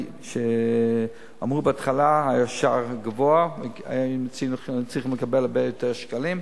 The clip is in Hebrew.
כי אמרו בהתחלה שהיה שער גבוה וצריך לקבל הרבה יותר שקלים.